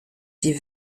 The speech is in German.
die